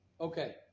Okay